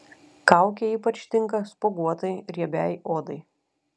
kaukė ypač tinka spuoguotai riebiai odai